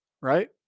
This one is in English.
right